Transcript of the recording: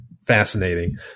fascinating